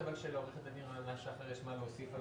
לעורכת הדין רננה שחר יש מה להוסיף על